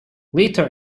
later